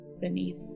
beneath